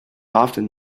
often